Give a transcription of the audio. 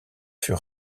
fut